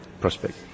prospect